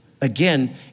Again